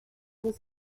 was